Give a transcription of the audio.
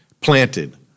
planted